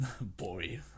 boy